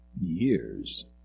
Years